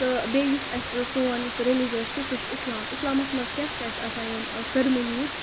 تہٕ بیٚیہِ یُس اَسہِ سون یُس رٮ۪لِجَس چھُ سُہ چھِ اِسلام اِسلامَس منٛز کیٛاہ چھِ اَسہِ آسان یِم سٔرمَنیٖز